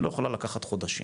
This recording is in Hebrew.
לא יכולה לקחת חודשים,